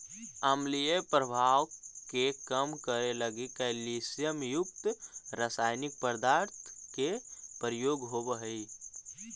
अम्लीय प्रभाव के कम करे लगी कैल्सियम युक्त रसायनिक पदार्थ के प्रयोग होवऽ हई